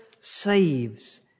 saves